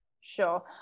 Sure